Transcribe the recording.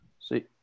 See